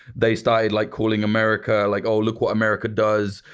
they started like calling america like, oh look what america does,